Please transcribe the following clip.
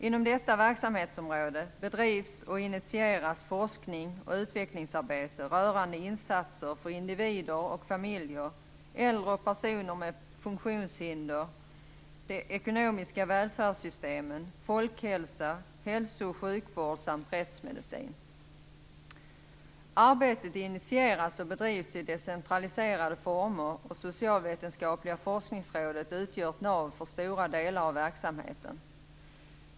Inom detta verksamhetsområde bedrivs och initieras forskning och utvecklingsarbete rörande insatser för individer, familjer, äldre och personer med funktionshinder samt rörande de ekonomiska välfärdssystemen, folkhälsan, hälso och sjukvården och rättsmedicin. Arbetet initieras och bedrivs i decentraliserade former, och Socialvetenskapliga forskningsrådet utgör ett nav för stora delar av verksamheten.